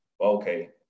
okay